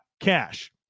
cash